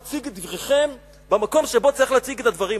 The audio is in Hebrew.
אציג את דבריכם במקום שבו צריך להציג את הדברים,